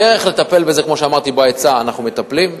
הדרך לטפל בזה, כמו שאמרתי, בהיצע אנחנו מטפלים.